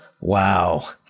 Wow